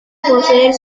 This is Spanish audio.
poseer